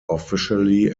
officially